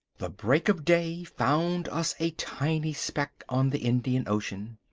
the break of day found us a tiny speck on the indian ocean.